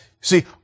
See